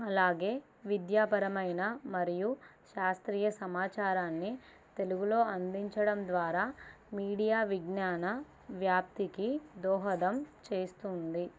అలాగే విద్యాపరమైన మరియు శాస్త్రీయ సమాచారాన్ని తెలుగులో అందించడం ద్వారా మీడియా విజ్ఞాన వ్యాప్తికి దోహదం చేస్తుంది